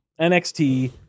NXT